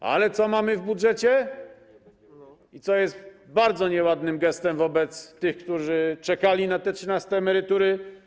Ale co mamy w budżecie i co jest bardzo nieładnym gestem wobec tych, którzy czekali na te trzynaste emerytury?